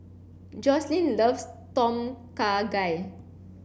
Joslyn loves Tom Kha Gai